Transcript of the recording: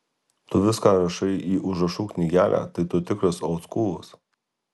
tu viską rašai į užrašų knygelę tai tu tikras oldskūlas